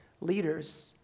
leaders